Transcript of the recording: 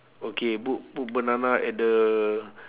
okay put put banana at the